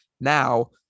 now